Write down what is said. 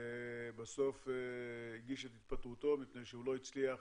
ובסוף הגיש את התפטרותו, מפני שהוא לא הצליח